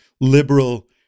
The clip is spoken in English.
liberal